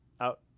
out